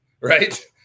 right